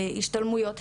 להשתלמויות,